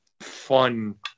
fun